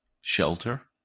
shelter